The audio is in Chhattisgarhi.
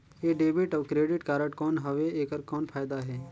ये डेबिट अउ क्रेडिट कारड कौन हवे एकर कौन फाइदा हे?